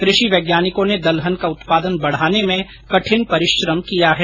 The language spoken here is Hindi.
कृषि वैज्ञानिकों ने दलहन का उत्पान बढ़ाने में कठिन परिश्रम किया है